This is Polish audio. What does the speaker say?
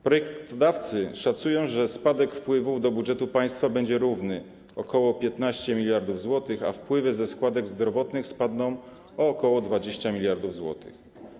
Projektodawcy szacują, że spadek wpływów do budżetu państwa będzie równy ok. 15 mld zł, a wpływy ze składek zdrowotnych spadną o ok. 20 mld zł.